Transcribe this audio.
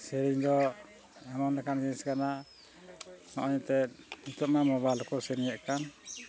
ᱥᱮᱨᱮᱧ ᱫᱚ ᱮᱢᱚᱱ ᱞᱮᱠᱟᱱ ᱡᱤᱱᱤᱥ ᱠᱟᱱᱟ ᱱᱚᱜᱼᱚᱭ ᱱᱤᱛᱚᱜ ᱢᱟ ᱢᱳᱵᱟᱭᱤᱞ ᱠᱚ ᱥᱮᱨᱮᱧᱮᱫ ᱠᱟᱱ